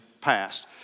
past